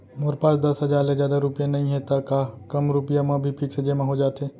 मोर पास दस हजार ले जादा रुपिया नइहे त का कम रुपिया म भी फिक्स जेमा हो जाथे?